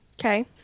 Okay